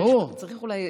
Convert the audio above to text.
ברור,